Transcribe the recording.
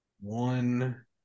one